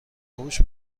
باهوش